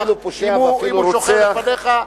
אם הוא שוכב לפניך,